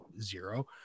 zero